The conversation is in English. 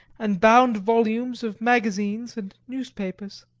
and bound volumes of magazines and newspapers.